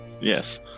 Yes